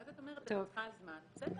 ואז את אומרת שאת צריכה זמן בסדר,